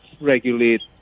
regulate